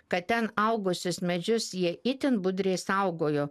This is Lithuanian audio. kad ten augusius medžius jie itin budriai saugojo